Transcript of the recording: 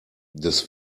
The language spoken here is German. das